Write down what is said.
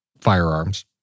firearms